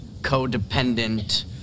codependent